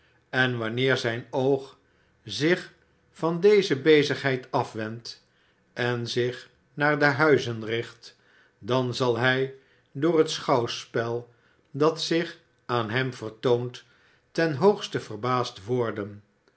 en wanneer zijn oog zich van deze bezigheid afwendt en zich naar de huizen richt dan zal hij door het schouwspel dat zich aan hem vertoont ten hoogste verbaasd worden